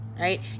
right